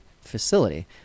facility